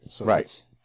Right